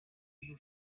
kilo